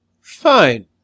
Fine